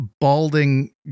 balding